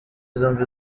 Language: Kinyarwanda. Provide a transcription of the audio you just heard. zombi